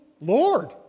Lord